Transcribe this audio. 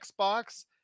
Xbox